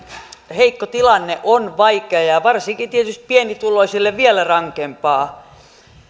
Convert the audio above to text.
heikko tilanne on vaikea ja on varsinkin tietysti pienituloisille vielä rankempaa